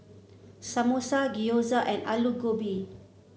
Samosa Gyoza and Alu Gobi